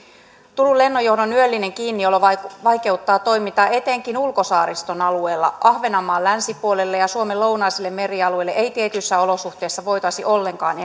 turun lennonjohdon yöllinen kiinniolo vaikeuttaa vaikeuttaa toimintaa etenkin ulkosaariston alueella ahvenanmaan länsipuolelle ja suomen lounaisille merialueille ei tietyissä olosuhteissa voitaisi ollenkaan